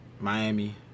Miami